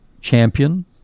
champion